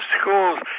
schools